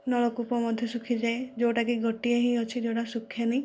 ନଳକୂପ ମଧ୍ୟ ଶୁଖିଯାଏ ଯେଉଁଟାକି ଗୋଟିଏ ହିଁ ଅଛି ଯେଉଁଟା ଶୁଖେନି